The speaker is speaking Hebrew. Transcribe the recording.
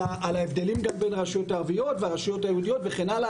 ההבדלים בין הרשויות הערביות והרשויות היהודית וכן הלאה,